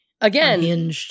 again